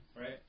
Right